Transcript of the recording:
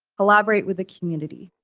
collaborate with the community.